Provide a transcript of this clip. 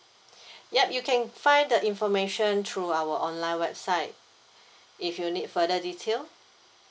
yup you can find the information through our online website if you need further detail